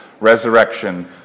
resurrection